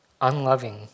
unloving